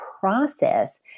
process